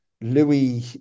Louis